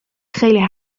خیلی